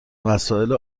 مسائل